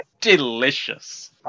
Delicious